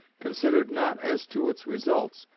considered not as to its results,